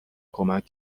کمک